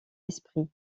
esprit